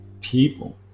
people